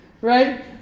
right